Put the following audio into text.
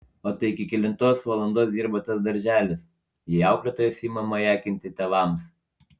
o tai iki kelintos valandos dirba tas darželis jei auklėtojos ima majakinti tėvams